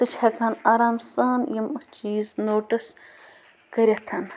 سُہ چھِ ہٮ۪کان آرام سان یِم چیٖز نوٹٕس کٔرِتھ